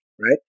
Right